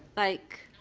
like